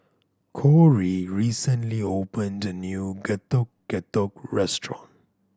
Kory recently opened a new Getuk Getuk restaurant